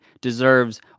deserves